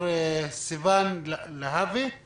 משרד האוצר אומר